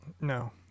No